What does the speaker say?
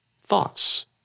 thoughts